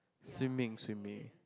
swimming swimming